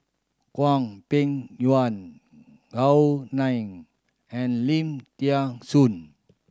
Hwang Peng Yuan Gao Ning and Lim Thean Soon